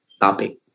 topic